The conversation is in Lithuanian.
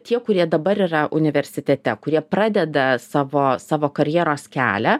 tie kurie dabar yra universitete kurie pradeda savo savo karjeros kelią